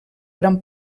gran